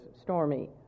stormy